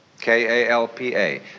K-A-L-P-A